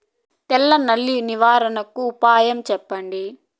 తెల్ల నల్లి నివారణకు ఉపాయం చెప్పండి?